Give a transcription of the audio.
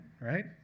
right